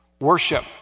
worship